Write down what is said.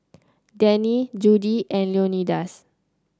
Denny Judi and Leonidas